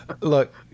Look